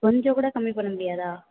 கொஞ்சம் கூட கம்மி பண்ண முடியாதா